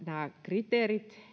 kriteerit